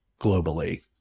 globally